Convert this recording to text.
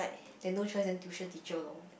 then no choice then tuition teacher loh